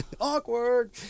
Awkward